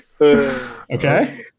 okay